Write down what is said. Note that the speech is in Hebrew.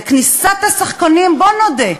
לכניסת השחקנים, בואו נודה,